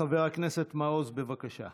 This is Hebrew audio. חבר הכנסת מעוז, בבקשה.